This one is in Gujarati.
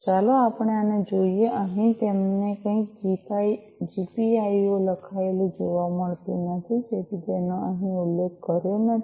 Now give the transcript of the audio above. ચાલો આપણે આને જોઈએ અહીં તમને કોઈ જીપીઆઈઑ લખાયેલું જોવા મળતું નથી તેથી તેનો અહીં ઉલ્લેખ કર્યો નથી